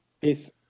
Peace